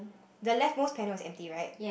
the left most panel is empty right